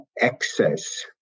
access